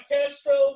Castro